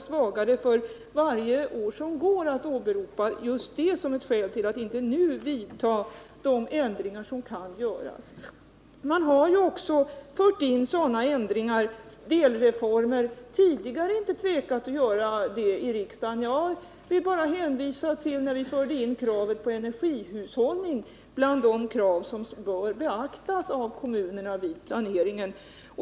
Skälen för att åberopa just det för att inte nu företa de ändringar som kan göras blir svagare och svagare. Riksdagen har tidigare inte tvekat att göra vissa delreformer i avvaktan på en helt ny lagstiftning. Jag vill bara hänvisa till införandet av kravet på energihushållning bland de krav som bör beaktas av kommunerna vid planeringen.